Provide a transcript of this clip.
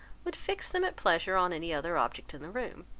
would fix them at pleasure on any other object in the room.